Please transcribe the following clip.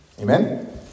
Amen